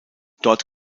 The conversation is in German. dort